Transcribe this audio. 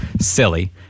silly